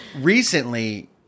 Recently